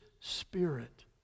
Spirit